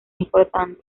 importante